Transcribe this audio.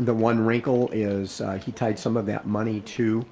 the one wrinkle is he tied some of that money to